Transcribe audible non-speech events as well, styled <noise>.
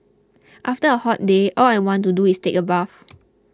after a hot day all I want to do is take a bath <noise>